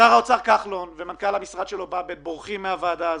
שר האוצר כחלון ומנכ"ל המשרד שלו באב"ד בורחים מהוועדה הזאת,